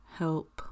help